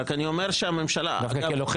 רק אני אומר שהממשלה --- דווקא כלוחם